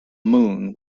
moon